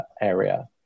area